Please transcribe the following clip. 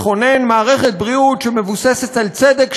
לכונן מערכת בריאות שמבוססת על צדק,